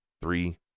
three